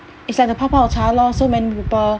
it's like the 泡泡茶 lor so many people